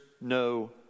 no